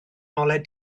ngolau